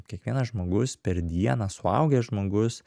kiekvienas žmogus per dieną suaugęs žmogus